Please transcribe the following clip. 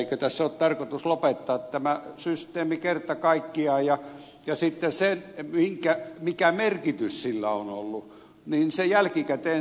ehkä tässä on tarkoitus lopettaa tämä systeemi kerta kaikkiaan ja sitten se mikä merkitys sillä on ollut jälkikäteen selviää